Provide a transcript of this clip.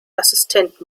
assistent